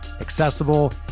accessible